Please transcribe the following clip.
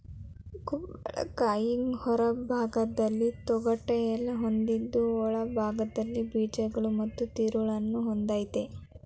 ಕುಂಬಳಕಾಯಿ ಹೊರಭಾಗ್ದಲ್ಲಿ ತೊಗಟೆ ಹೊಂದಿದ್ದು ಒಳಭಾಗ್ದಲ್ಲಿ ಬೀಜಗಳು ಮತ್ತು ತಿರುಳನ್ನು ಹೊಂದಯ್ತೆ